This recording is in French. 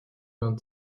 vingt